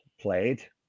played